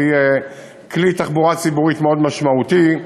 והיא כלי תחבורה ציבורית מאוד משמעותי.